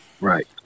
Right